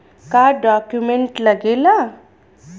का डॉक्यूमेंट लागेला?